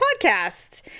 podcast